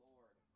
Lord